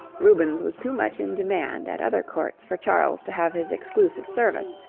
rubens was too much in demand at other courts for charles to have his exclusive service,